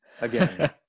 again